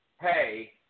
Hey